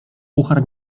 puchar